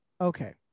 Okay